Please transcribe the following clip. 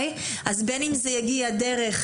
אז בין אם זה יגיע דרך